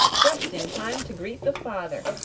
just in time to greet the father,